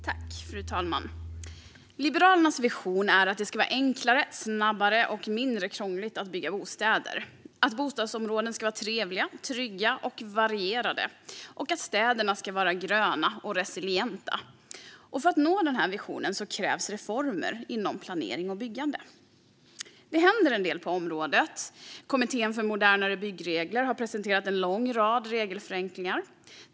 Frau talman! Liberalernas vision är att det ska bli enklare, gå snabbare och vara mindre krångligt att bygga bostäder. Bostadsområden ska vara trevliga, trygga och varierade. Och städerna ska vara gröna och resilienta. För att förverkliga denna vision krävs reformer inom planering och byggande. Det händer en del på området. Kommittén för modernare byggregler har presenterat en lång rad regelförenklingar.